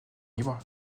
libre